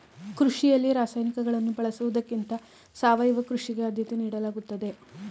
ಕೃಷಿಯಲ್ಲಿ ರಾಸಾಯನಿಕಗಳನ್ನು ಬಳಸುವುದಕ್ಕಿಂತ ಸಾವಯವ ಕೃಷಿಗೆ ಆದ್ಯತೆ ನೀಡಲಾಗುತ್ತದೆ